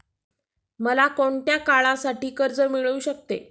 मला कोणत्या काळासाठी कर्ज मिळू शकते?